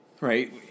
right